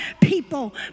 people